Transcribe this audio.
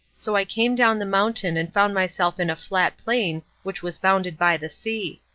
so i came down the mountain and found myself in a flat plain which was bounded by the sea.